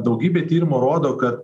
daugybė tyrimų rodo kad